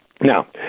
now